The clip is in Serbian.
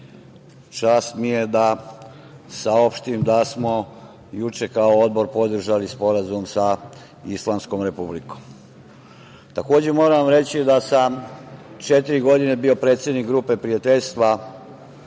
čast mi je da saopštim da smo juče kao Odbor podržali sporazum sa Islamskom Republikom Iran. Takođe, moram reći da sam četiri godine bio predsednik Grupe prijateljstva